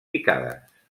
picades